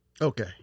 Okay